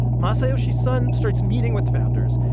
masayoshi son starts meeting with founders.